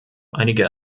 einige